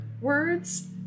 words